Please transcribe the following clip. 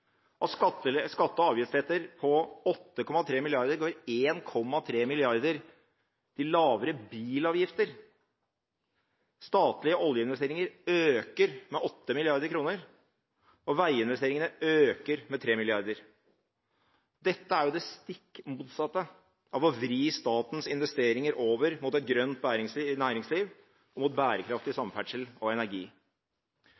skatte- og avgiftslettelser på 8,3 mrd. kr går 1,3 mrd. kr til lavere bilavgifter, statlige oljeinvesteringer øker med 8 mrd. kr, og veiinvesteringene øker med 3 mrd. kr. Dette er det stikk motsatte av å vri statens investeringer over mot et grønt næringsliv og bærekraftig